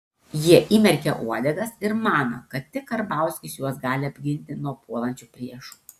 jie įmerkė uodegas ir mano kad tik karbauskis juos gali apginti nuo puolančių priešų